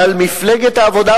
אבל מפלגת העבודה,